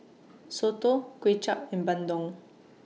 Soto Kway Chap and Bandung